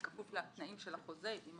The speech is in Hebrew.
זה כפוף לתנאים של החוזה.